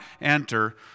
enter